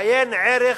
עיין ערך: